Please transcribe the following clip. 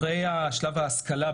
אחרי שלב ההשכלה,